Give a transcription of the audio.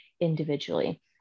individually